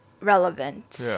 relevant